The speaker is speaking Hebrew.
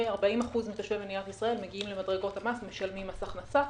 40% מתושבי מדינת ישראל מגיעים למדרגות המס ומשלמים מס הכנסה.